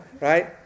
right